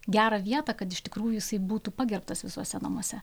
gerą vietą kad iš tikrųjų jisai būtų pagerbtas visuose namuose